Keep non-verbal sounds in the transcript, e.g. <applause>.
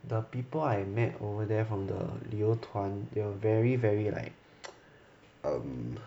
the people I met over there from the 旅游团 they're very very like <noise> um